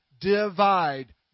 Divide